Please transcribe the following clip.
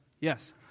yes